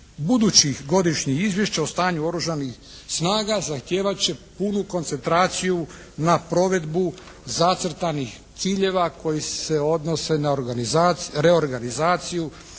budućih godišnjih izvješća o stanju Oružanih snaga zahtijevat će punu koncentraciju na provedbu zacrtanih ciljeva koji se odnose na reorganizaciju,